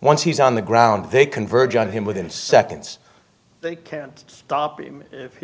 once he's on the ground they converge on him within seconds they can't stop him if